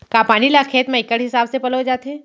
का पानी ला खेत म इक्कड़ हिसाब से पलोय जाथे?